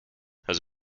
has